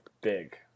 big